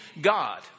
God